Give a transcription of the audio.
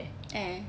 eh